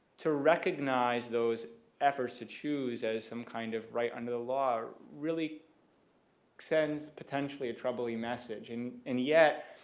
to recognize those efforts to choose as some kind of right under the law really sends potentially a troubling message and and yet,